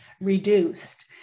reduced